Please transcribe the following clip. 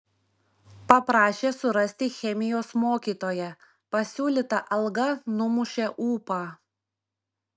paprašė surasti chemijos mokytoją pasiūlyta alga numušė ūpą